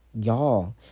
Y'all